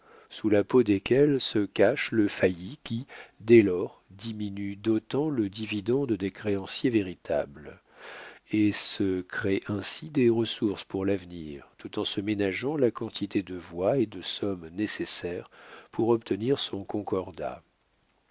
sous la peau desquels se cache le failli qui dès lors diminue d'autant le dividende des créanciers véritables et se crée ainsi des ressources pour l'avenir tout en se ménageant la quantité de voix et de sommes nécessaires pour obtenir son concordat